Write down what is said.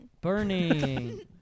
Burning